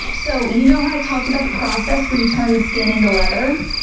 so you know how i talked about the process where you turn the skin into leather?